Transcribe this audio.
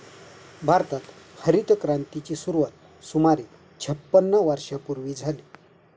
भारतात हरितक्रांतीची सुरुवात सुमारे छपन्न वर्षांपूर्वी झाली